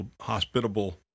hospitable